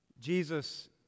Jesus